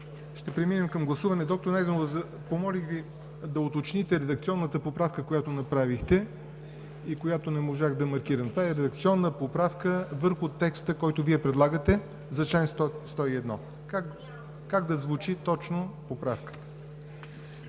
Ще преминем към гласуване. Доктор Найденова, помолих Ви да уточните редакционната поправка, която направихте и която не можах да маркирам. Това е редакционна поправка върху текста за чл. 101, който Вие предлагате. Как да звучи точно поправката?